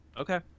Okay